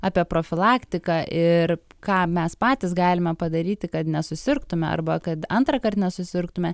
apie profilaktiką ir ką mes patys galime padaryti kad nesusirgtume arba kad antrąkart nesusirgtume